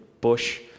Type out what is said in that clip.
bush